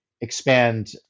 expand